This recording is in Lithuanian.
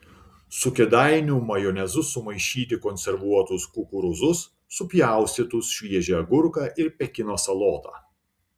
su kėdainių majonezu sumaišyti konservuotus kukurūzus supjaustytus šviežią agurką ir pekino salotą